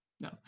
no